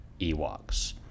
Ewoks